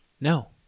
No